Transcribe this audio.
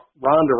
Ronda